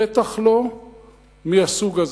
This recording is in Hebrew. ודאי לא מהסוג הזה.